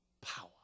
power